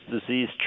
disease